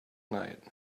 night